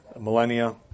millennia